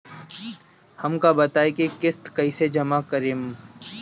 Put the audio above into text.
हम का बताई की किस्त कईसे जमा करेम?